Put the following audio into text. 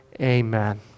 Amen